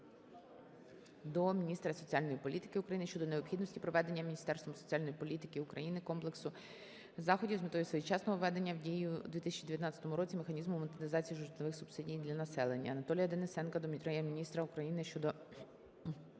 до міністра соціальної політики України щодо необхідності проведення Міністерством соціальної політики України комплексу заходів з метою своєчасного введення в дію у 2019 році механізму монетизації житлових субсидій для населення. Анатолія Денисенка до Прем'єр-міністра України щодо